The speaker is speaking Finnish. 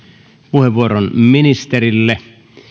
puheenvuoron ministerille